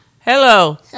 Hello